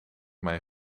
mij